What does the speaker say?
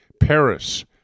Paris